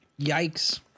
Yikes